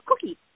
cookie